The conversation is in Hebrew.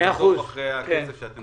בלרדוף אחרי הכסף שאתם צריכים.